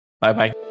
Bye-bye